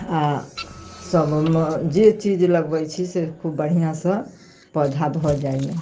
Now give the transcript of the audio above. आओर सबमे जे चीज लगबै छी से खूब बढ़िआँसँ पौधा भऽ जाइए